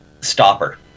stopper